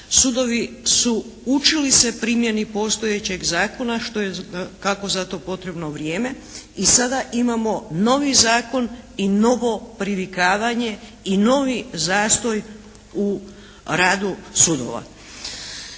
sudovi su učili se primjeni postojećeg zakona što je, kako za to potrebno vrijeme i sada imamo novi zakon i novo privikavanje i novi zastoj u radu sudova.